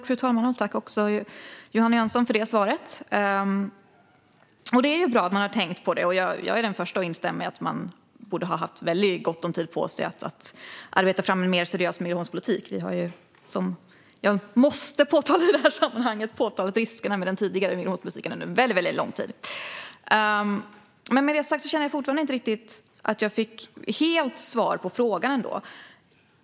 Fru talman! Jag tackar Johanna Jönsson för svaret. Det är bra att man har tänkt. Jag är den första att instämma i att man borde ha haft mycket gott om tid för att arbeta fram en mer seriös migrationspolitik. Vi har, som jag måste påpeka i sammanhanget, under lång tid påtalat riskerna med den tidigare migrationspolitiken. Med detta sagt har jag fortfarande inte riktigt fått ett helt svar på frågan.